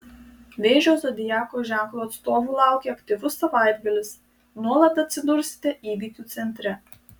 vėžio zodiako ženklo atstovų laukia aktyvus savaitgalis nuolat atsidursite įvykių centre